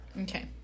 Okay